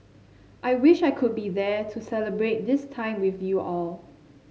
I wish I could be there to celebrate this time with you all